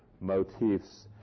motifs